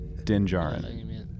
Dinjarin